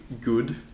good